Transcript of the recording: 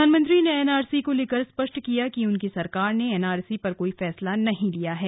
प्रधानमंत्री ने एनआरसी को लेकर स्पष्ट किया कि उनकी सरकार ने एनआरसी पर कोई फैसला नहीं लिया है